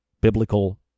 biblical